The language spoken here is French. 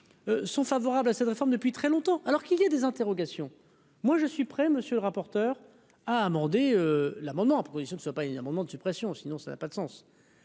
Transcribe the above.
sont favorables à cette réforme depuis très longtemps, alors qu'il y ait des interrogations, moi je suis prêt, monsieur le rapporteur. à amender l'amendement proposition ne soit pas un amendement de suppression, sinon ça n'a pas de sens,